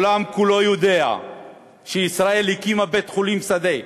העולם כולו יודע שישראל הקימה בית-חולים שדה בגולן,